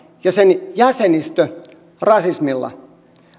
ja sen jäsenistö rasismilla